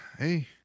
Hey